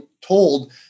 told